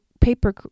paper